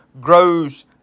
grows